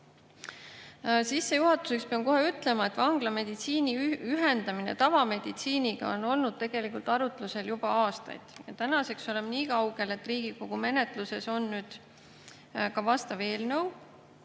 Sissejuhatuseks pean kohe ütlema, et vanglameditsiini ühendamine tavameditsiiniga on olnud arutlusel juba aastaid. Tänaseks oleme nii kaugel, et Riigikogu menetluses on ka vastav eelnõu.